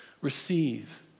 Receive